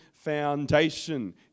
foundation